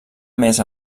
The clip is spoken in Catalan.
més